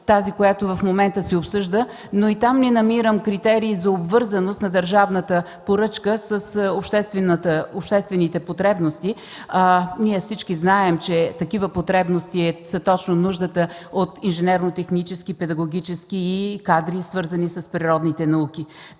тази, която в момента се обсъжда, но и там не намирам критерии за обвързаност на държавната поръчка с обществените потребности. Ние всички знаем, че такива потребности са точно нуждата от инженерно-технически и педагогически кадри, свързани с природните науки.